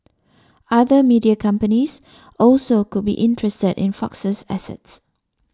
other media companies also could be interested in Fox's assets